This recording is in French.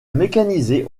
mécanisée